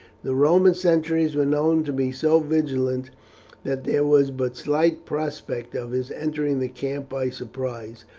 the roman sentries were known to be so vigilant that there was but slight prospect of his entering the camp by surprise,